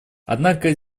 однако